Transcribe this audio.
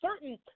certain